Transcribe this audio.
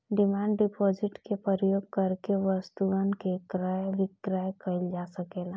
demand deposit के प्रयोग करके वस्तुअन के क्रय विक्रय कईल जा सकेला